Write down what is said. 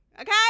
Okay